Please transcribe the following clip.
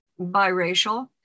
biracial